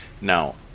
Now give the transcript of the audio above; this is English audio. Now